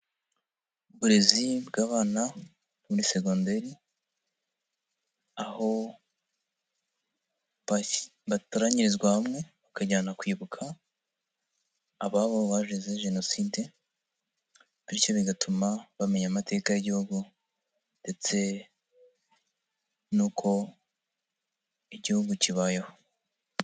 Uburezi bw'abana muri segonderi, aho batoranyirizwa hamwe, bakajyana kwibuka ababo bazize Jenoside, bityo bigatuma bamenya amateka y'Igihugu ndetse n'uko Igihugu kibayeho.